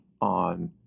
on